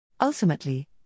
Ultimately